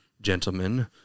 gentlemen